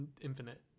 Infinite